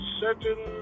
certain